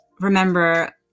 remember